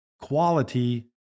quality